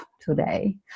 today